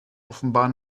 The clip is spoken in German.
offenbar